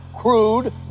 crude